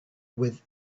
with